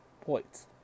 points